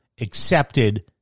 accepted